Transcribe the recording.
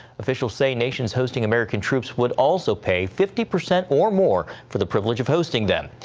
officials say nations hosting american troops would also pay fifty percent or more for the privilege of hosting them.